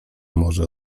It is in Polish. może